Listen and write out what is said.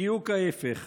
בדיוק ההפך,